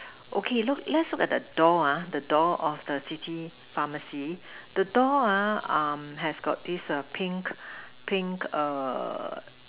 okay look let's look at the the door ah the door of the city pharmacy the door ah um has got this err pink pink err